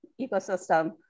ecosystem